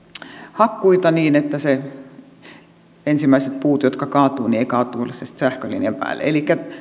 hakkuita niin että ensimmäiset puut jotka kaatuvat eivät kaatuile sen sähkölinjan päälle elikkä